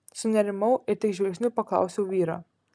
sunerimau ir tik žvilgsniu paklausiau vyrą